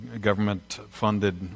government-funded